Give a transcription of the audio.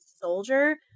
soldier